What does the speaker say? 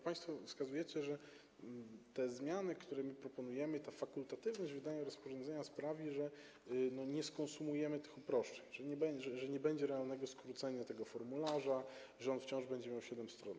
Państwo wskazujecie, że zmiany, które my proponujemy, to fakultatywnie wydawane rozporządzenie, sprawią, że nie skonsumujemy tych uproszczeń, że nie będzie realnego skrócenia tego formularza, że on wciąż będzie miał 7 stron.